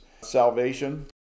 salvation